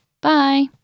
Bye